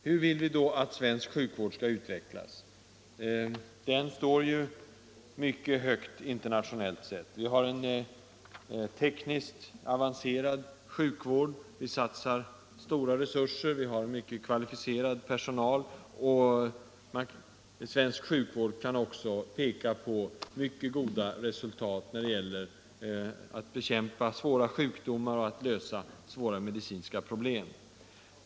Hur vill vi då att svensk sjukvård skall utvecklas? Den står ju mycket högt internationellt sett. Vi har en tekniskt avancerad sjukvård. Vi satsar stora resurser och har mycket kvalificerad personal. Svensk sjukvård kan också peka på mycket goda resultat när det gäller att bekämpa svåra sjukdomar och att lösa svåra medicinska problem.